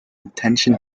intention